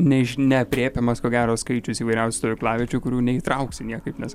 neiš neaprėpiamas ko gero skaičius įvairiausių stovyklaviečių kurių neįtrauksi niekaip nes